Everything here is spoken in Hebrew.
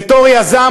בתור יזם,